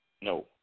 No